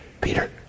Peter